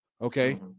okay